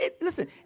Listen